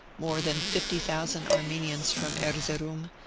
more than fifty thousand armenians from erzeroum,